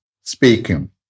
speaking